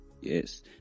yes